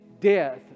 Death